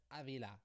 avila